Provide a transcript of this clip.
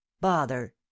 bother